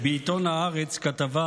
בעיתון הארץ כתבה